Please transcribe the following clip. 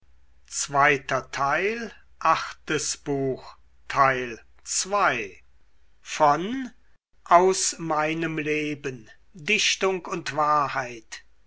goethe aus meinem leben dichtung und wahrheit